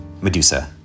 Medusa